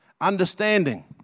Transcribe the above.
understanding